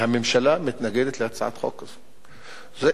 הממשלה מתנגדת להצעת החוק הזאת.